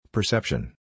Perception